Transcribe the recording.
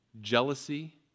jealousy